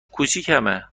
کوچیکمه